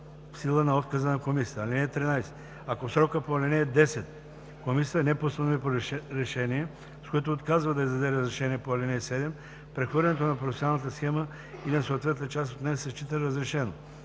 сила на отказа на комисията. (13) Ако в срока по ал. 10 комисията не постанови решение, с което отказва да издаде разрешение по ал. 7, прехвърлянето на професионалната схема или на съответната част от нея се счита разрешено.